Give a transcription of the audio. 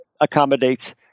accommodates